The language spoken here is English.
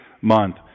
month